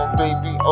baby